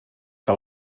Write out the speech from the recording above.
que